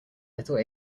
little